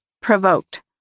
provoked